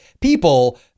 people